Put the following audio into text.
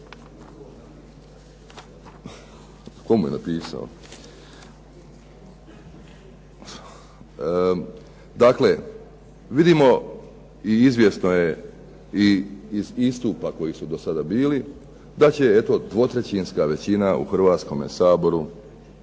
molim vas. Dakle, vidimo i izvjesno je i iz istupa koji su dosada bili da će eto dvotrećinska većina u Hrvatskome saboru